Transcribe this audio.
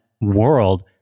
world